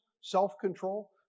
self-control